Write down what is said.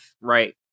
right